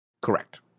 Correct